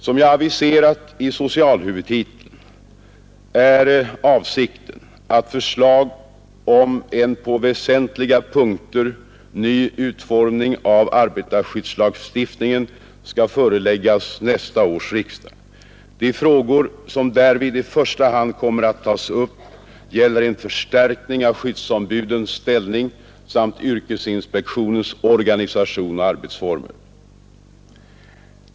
Som jag aviserat i socialhuvudtiteln är det avsikten att förslag om en på väsentliga punkter ny utformning av arbetarskyddslagstiftningen skall föreläggas nästa års riksdag. De frågor som därvid i första hand kommer att tas upp gäller en förstärkning av skyddsombudens ställning samt yrkesinspektionens organisation och arbetsformer.